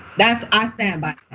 that's i stand by.